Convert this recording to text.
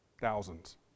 thousands